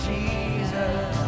Jesus